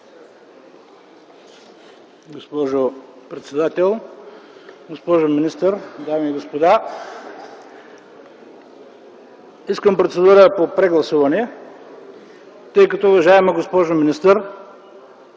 Госпожо председател, госпожо министър, дами и господа! Искам процедура по прегласуване, тъй като, уважаема госпожо министър,